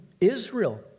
israel